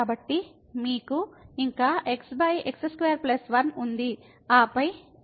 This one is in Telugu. కాబట్టి మీకు ఇంకా xx21 ఉంది ఆపై ఈ లిమిట్ 0 కి వెళుతుంది